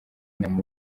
inama